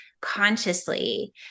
consciously